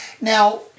Now